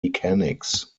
mechanics